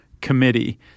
committee